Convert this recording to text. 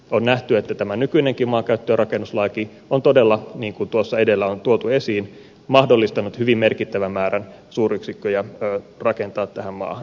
on nähty että tämä nykyinenkin maankäyttö ja rakennuslaki on todella niin kuin edellä on tuotu esiin mahdollistanut suuryksikköjen hyvin merkittävän määrän rakentamisen tähän maahan